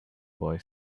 boy